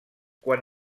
quan